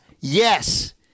Yes